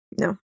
No